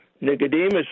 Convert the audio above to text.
Nicodemus